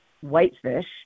Whitefish